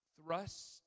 thrust